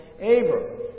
Abraham